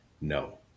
no